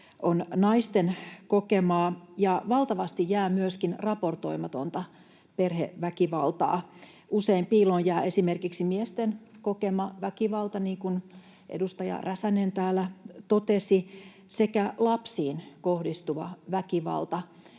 on naisten kokemaa, ja valtavasti jää myöskin raportoimatonta perheväkivaltaa. Usein piiloon jää esimerkiksi miesten kokema väkivalta, niin kuin edustaja Räsänen täällä totesi, sekä lapsiin kohdistuva väkivalta.